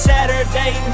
Saturday